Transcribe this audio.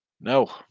No